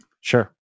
Sure